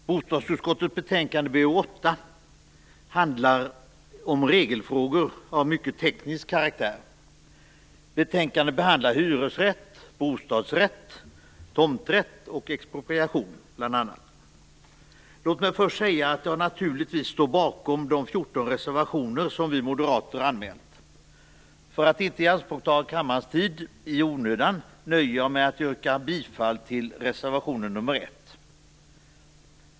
Fru talman! Bostadsutskottets betänkande BoU8 handlar om regelfrågor av mycket teknisk karaktär. Låt mig först säga att jag naturligtvis står bakom de 14 reservationer som vi moderater anmält. För att inte i onödan ta kammarens tid i anspråk nöjer jag mig med att yrka bifall till reservationen nr 1.